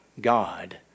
God